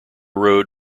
road